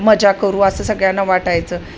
मजा करू असं सगळ्यांना वाटायचं